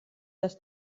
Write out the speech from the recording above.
dass